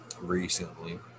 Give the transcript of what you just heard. recently